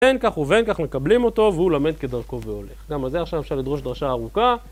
בין כך ובין כך מקבלים אותו, והוא למד כדרכו והולך. גם על זה עכשיו אפשר לדרוש דרשה ארוכה.